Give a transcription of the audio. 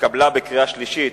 נתקבלה בקריאה שלישית.